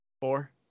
four